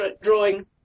drawing